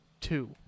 two